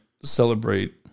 celebrate